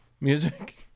music